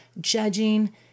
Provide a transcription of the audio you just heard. judging